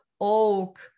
oak